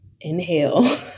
inhale